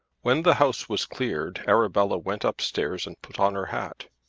when the house was cleared arabella went upstairs and put on her hat.